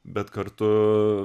bet kartu